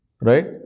Right